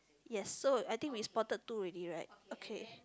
yes so I think we spotted two already right okay